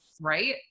right